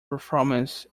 performance